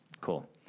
Cool